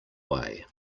way